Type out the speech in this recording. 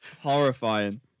Horrifying